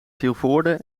vilvoorde